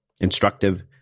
instructive